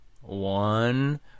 one